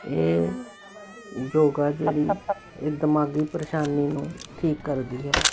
ਇਹ ਯੋਗਾ ਜਿਹੜੀ ਇਹ ਦਿਮਾਗੀ ਪਰੇਸ਼ਾਨੀ ਨੂੰ ਠੀਕ ਕਰਦੀ ਹੈ